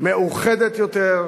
מאוחדת יותר,